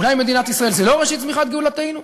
אולי מדינת ישראל היא לא ראשית צמיחת גאולתנו?